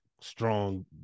strong